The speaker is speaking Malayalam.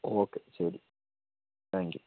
ഓക്കേ ശരി താങ്ക്യൂ